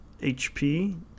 HP